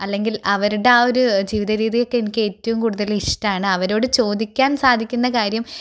അല്ലെങ്കില് അവരുടെ ആ ഒരു ജീവിതരീതിയൊക്കെ എനിക്കേറ്റവും കൂടുതലിഷ്ടമാണ് അവരോട് ചോദിക്കാന് സാധിക്കുന്ന കാര്യം